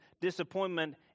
disappointment